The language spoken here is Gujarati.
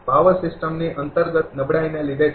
પાવર સિસ્ટમની અંતર્ગત નબળાઇના લીધે છે